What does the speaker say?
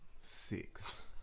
six